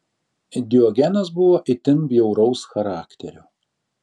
diogenas buvo itin bjauraus charakterio